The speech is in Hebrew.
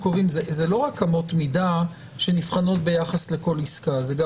רק אמות מידה שנבחנות ביחס לכל עסקה אלא זה גם